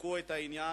יבדקו את העניין,